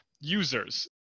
users